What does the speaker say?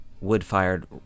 wood-fired